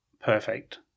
perfect